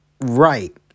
right